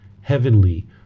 heavenly